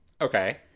Okay